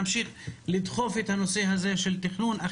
נמשיך לדחוף את הנושא הזה של תכנון,